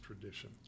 tradition